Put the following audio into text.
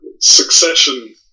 succession